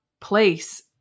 place